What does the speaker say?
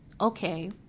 okay